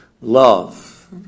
Love